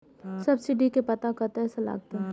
Subsidy के पता कतय से लागत?